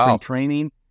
training